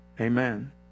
Amen